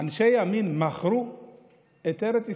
אנשי ימין מכרו את ארץ ישראל,